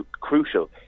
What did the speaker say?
crucial